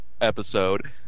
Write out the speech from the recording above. episode